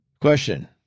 Question